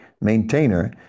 maintainer